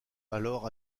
alors